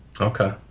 Okay